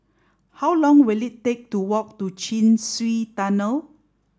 how long will it take to walk to Chin Swee Tunnel